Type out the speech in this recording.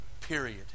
Period